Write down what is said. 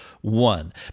one